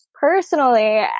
personally